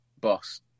Boss